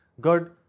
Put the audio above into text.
good